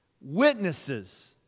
Witnesses